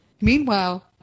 Meanwhile